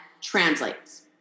translates